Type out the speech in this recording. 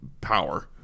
power